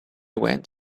went